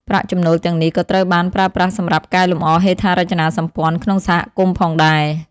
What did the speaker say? ប្រាក់ចំណូលទាំងនេះក៏ត្រូវបានប្រើប្រាស់សម្រាប់កែលម្អហេដ្ឋារចនាសម្ព័ន្ធក្នុងសហគមន៍ផងដែរ។